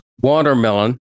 watermelon